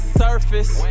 surface